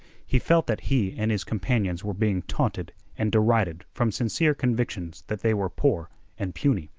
he felt that he and his companions were being taunted and derided from sincere convictions that they were poor and puny.